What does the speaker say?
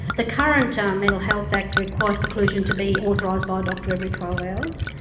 the current um mental health act requires seclusion to be authorised by a doctor every twelve hours.